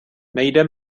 nejde